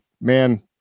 man